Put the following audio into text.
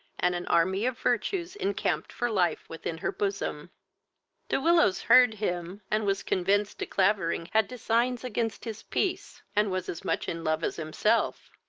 and an army of virtues encamped for life within her bosom de willows heard him, and was convinced de clavering had designs against his peace, and was as much in love as himself.